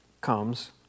comes